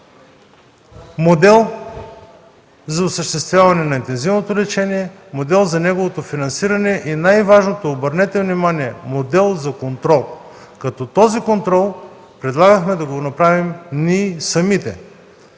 модел за осъществяване на интензивното лечение, модел за неговото финансиране и най важното, обърнете внимание, модел за контрол. Този контрол предлагахме да го направим ние самите,